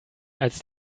als